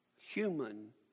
human